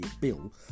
bill